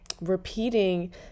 repeating